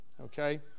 Okay